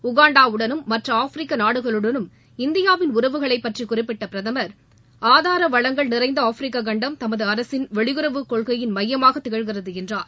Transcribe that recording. உகாண்டாவுடனும் மற்ற ஆப்பிரிக்க நாடுகளுடனும் இந்தியாவின் உறவுகளை பற்றி குறிப்பிட்ட பிரதம் திரு நரேந்திர மோடி ஆதார வளங்கள் நிறைந்த ஆப்பிரிக்க கண்டம் தமது அரசின் வெளியுறவுக் கொள்கையின் மையமாக திகழ்கிறது என்றார்